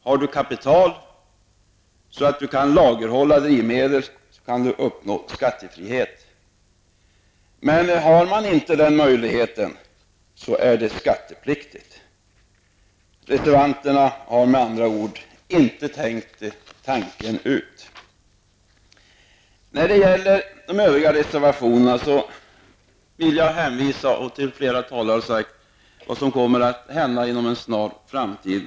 Har du kapital så att du kan lagerhålla drivmedel, kan du uppnå skattefrihet. För den som inte har denna möjlighet blir drivmedlet skattepliktigt. Reservanterna har med andra ord inte tänkt tanken ut. I fråga om de övriga reservationerna vill jag, liksom flera föregående talare, hänvisa till vad som kommer att hända inom en snar framtid.